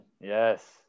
Yes